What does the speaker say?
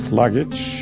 luggage